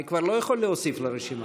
אני כבר לא יכול להוסיף לרשימה.